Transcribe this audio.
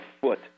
foot